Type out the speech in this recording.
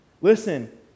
Listen